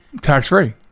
Tax-free